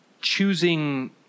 choosing